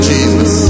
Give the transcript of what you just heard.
Jesus